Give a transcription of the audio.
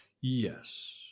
Yes